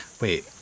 wait